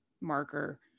marker